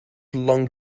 long